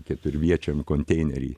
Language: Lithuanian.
keturviečiam konteinery